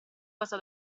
cosa